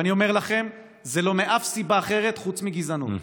ואני אומר לכם: זה לא מאף סיבה אחרת חוץ מגזענות,